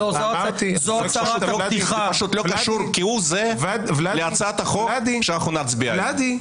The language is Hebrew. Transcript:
זה לא קשור כהוא זה להצעת החוק שאנחנו נצביע עליה.